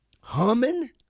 humming